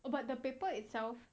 uh but the paper itself